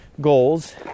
goals